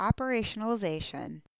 operationalization